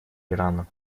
ирана